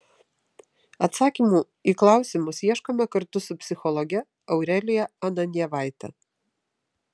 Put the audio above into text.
atsakymų į klausimus ieškome kartu su psichologe aurelija ananjevaite